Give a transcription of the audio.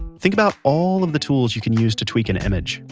think about all of the tools you can use to tweak an image.